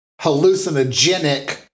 hallucinogenic